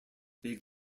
big